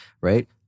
right